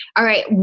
all right,